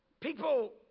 People